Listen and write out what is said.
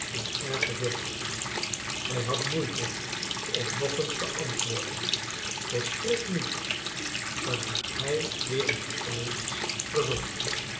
u erg verveeld heeft hij had moeite om nog eens te antwoorden volstrekt niet waarna hij weer in gepeins verzonk